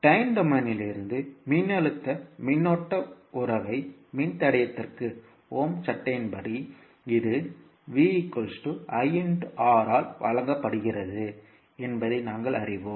time டொமைனிலிருந்து மின்னழுத்த மின்னோட்ட உறவை மின்தடை யத்திற்கு ஓம்ஸ் சட்டத்தின்படி இது v iR ஆல் வழங்கப்படுகிறது என்பதை நாங்கள் அறிவோம்